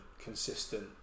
consistent